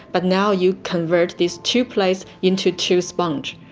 but now you convert these two plates into two sponges,